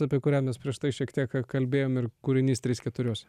apie kurią mes prieš tai šiek tiek kalbėjom ir kūrinys trys keturiose